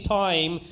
time